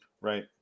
Right